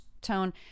tone